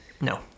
No